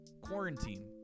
Quarantine